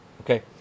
Okay